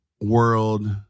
world